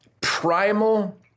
primal